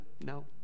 no